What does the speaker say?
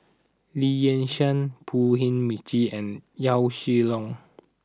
Lee Yi Shyan Pu Heng McNeice and Yaw Shin Leong